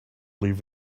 leave